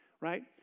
Right